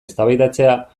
eztabaidatzea